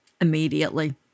immediately